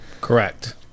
Correct